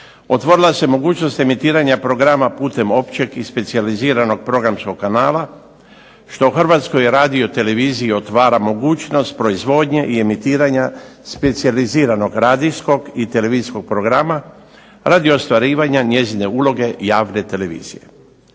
otvorila se mogućnost emitiranja programa putem općeg i specijaliziranog programskog kanala što Hrvatskoj radioteleviziji otvara mogućnost proizvodnje i emitiranja specijaliziranog radijskog i televizijskog programa radi ostvarivanja njezine uloge javne televizije.